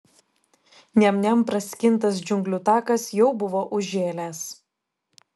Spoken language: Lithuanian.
niam niam praskintas džiunglių takas jau buvo užžėlęs